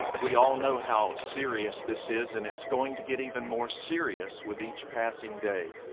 we all know how serious this is, and it's going to get even more serious with each passing day.